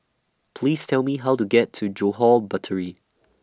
Please Tell Me How to get to Johore Battery